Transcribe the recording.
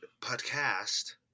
podcast